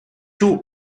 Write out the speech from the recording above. two